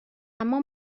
اما